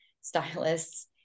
stylists